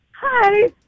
hi